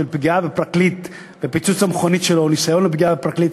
של פגיעה בפרקליט ופיצוץ המכונית שלו או ניסיון לפגיעה בפרקליט,